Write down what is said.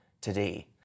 today